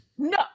No